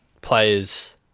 players